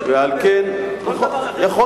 בכל דבר אחר.